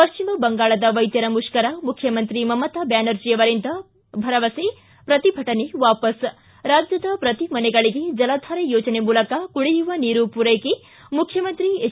ಪಶ್ಚಿಮಬಂಗಾಳದ ವೈದ್ಯರ ಮುಷ್ಕರ ಮುಖ್ಯಮಂತ್ರಿ ಮಮತಾ ಬ್ಯಾನರ್ಜಿ ಅವರಿಂದ ಭರವಸೆ ಪ್ರತಿಭಟನೆ ವಾಪಸ್ ಿ ರಾಜ್ಜದ ಪ್ರತೀ ಮನೆಗಳಿಗೆ ಜಲಧಾರೆ ಯೋಜನೆ ಮೂಲಕ ಕುಡಿಯುವ ನೀರು ಪೂರೈಕೆ ಮುಖ್ಯಮಂತ್ರಿ ಹೆಚ್